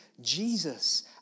Jesus